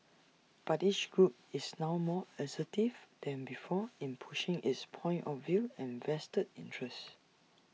but each group is now more assertive than before in pushing its point of view and vested interests